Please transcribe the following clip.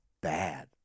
bad